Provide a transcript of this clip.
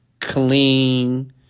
clean